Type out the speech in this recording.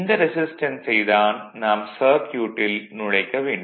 இந்த ரெசிஸ்டன்ஸை தான் நாம் சர்க்யூட்டில் நுழைக்க வேண்டும்